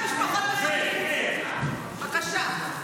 בבקשה.